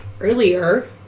Earlier